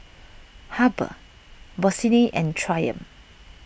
Habhal Bossini and Triumph